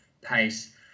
pace